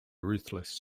ruthless